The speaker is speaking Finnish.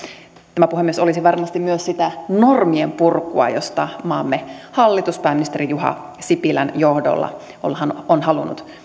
tämä puhemies olisi varmasti myös sitä normienpurkua josta maamme hallitus pääministeri juha sipilän johdolla on halunnut